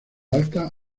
alta